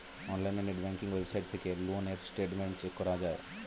অনলাইনে net banking website থেকে loan এর স্টেটমেন্ট চেক করা যায়